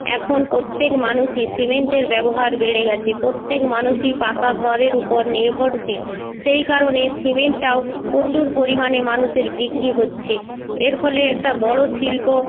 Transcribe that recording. এখন প্রত্যেক মানুষই সিমেন্টের ব্যবহার বেড়ে গেছে প্রত্যেক মানুষই পাকা ঘরের উপর নির্ভরশীল সেই কারণে সিমেন্টটাও প্রচুর পরিমাণে মানুষের বিক্রি হচ্ছে এর ফলে একটা বড়ো শিল্প